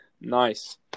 Nice